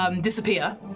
disappear